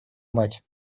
мать